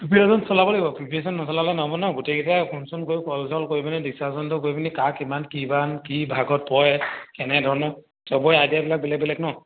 preparation চলাব লাগিব preparation নচলালে নহ'ব নহয় গোইকেইটাই ফোনচোন কৰি কিমান কিমান কি ভাগত পৰে কেনেধৰণৰ চবৰে আইডিয়াবিলাক বেলেগ বেলেগ ন